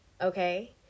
okay